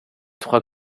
trois